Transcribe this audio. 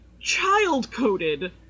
child-coded